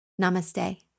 Namaste